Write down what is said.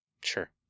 Sure